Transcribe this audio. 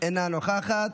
אינה נוכחת.